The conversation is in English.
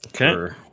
Okay